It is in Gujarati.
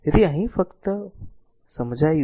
તેથી અહીં ફક્ત r માટે સમજવુ